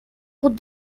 route